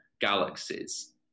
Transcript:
galaxies